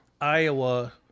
Iowa